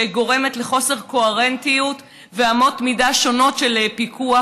שגורמת לחוסר קוהרנטיות ואמות מידה שונות של פיקוח.